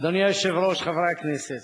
אדוני היושב-ראש, חברי הכנסת,